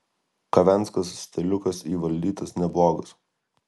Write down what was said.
kavenskas stiliukas įvaldytas neblogas